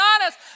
honest